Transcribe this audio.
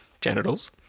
genitals